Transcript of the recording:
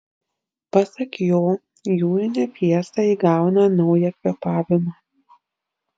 pasak jo jūrinė fiesta įgauna naują kvėpavimą